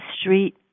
street